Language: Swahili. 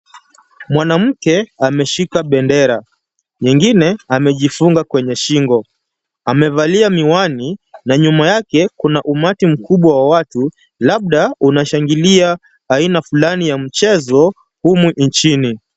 Mwanawake ameshika bendera, nyingine amejifunga kwenye shingo. Amevalia miwani, na nyuma yake kuna umati mkubwa wa watu, labda unashangilia aina fulani ya mchezo humu nchini.